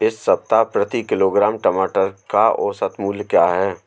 इस सप्ताह प्रति किलोग्राम टमाटर का औसत मूल्य क्या है?